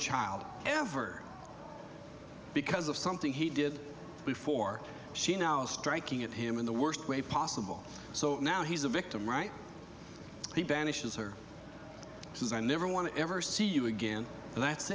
child ever because of something he did before she now striking at him in the worst way possible so now he's a victim right he banishes her says i never want to ever see you again and that's